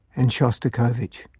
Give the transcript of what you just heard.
and shostakovich.